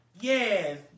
Yes